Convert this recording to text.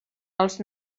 els